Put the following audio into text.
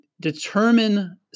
determine